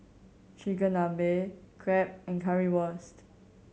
Chigenabe Crepe and in Currywurst